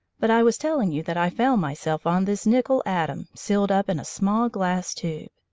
but i was telling you that i found myself on this nickel atom sealed up in a small glass tube.